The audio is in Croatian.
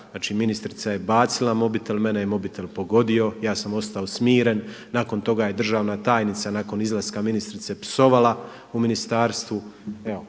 ministrica je bacila mobitel, mene je mobitel pogodio. Ja sam ostao smiren. Nakon toga je državna tajnica nakon izlaska ministrice psovala u ministarstvu.